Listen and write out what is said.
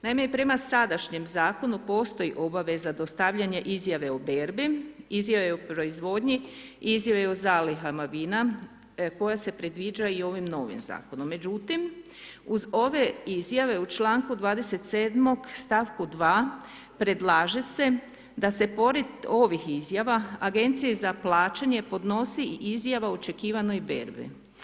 Naime i prema sadašnjem zakonu postoji obaveza dostavljanja izjave o berbi, izjave o proizvodnji i izjave o zalihama vina koja se predviđa i ovim novim zakonom, međutim uz ove izjave u članku 27 stavku 2 predlaže se da se pored ovih izjava agenciji za plaćanje podnosi i izjava o očekivanoj berbi.